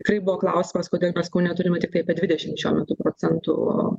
tikrai klausimas kodėl mes kaune turime tiktai apie dvidešim šiuo metu procentų